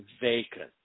vacant